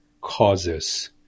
causes